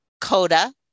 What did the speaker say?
CODA